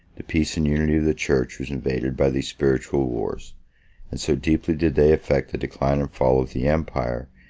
the peace and unity of the church was invaded by these spiritual wars and so deeply did they affect the decline and fall of the empire,